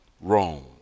Rome